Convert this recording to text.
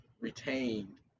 retained